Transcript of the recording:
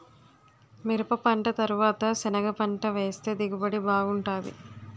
మిరపపంట తరవాత సెనగపంట వేస్తె దిగుబడి బాగుంటాది